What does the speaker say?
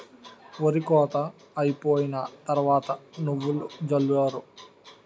ఒరి కోత అయిపోయిన తరవాత నువ్వులు జల్లారు